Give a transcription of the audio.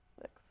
six